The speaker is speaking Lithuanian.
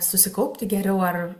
susikaupti geriau ar